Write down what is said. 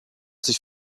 sich